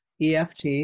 EFT